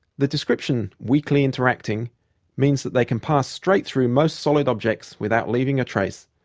the description weakly-interacting means that they can pass straight through most solid objects without leaving a trace,